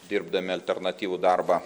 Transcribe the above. dirbdami alternatyvų darbą